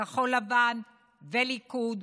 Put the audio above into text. כחול לבן וליכוד,